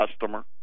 customer